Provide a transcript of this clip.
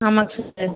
ஆமாங்க சார்